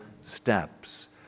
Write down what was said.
steps